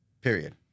period